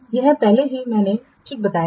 यह पहले ही मैंने ठीक बताया है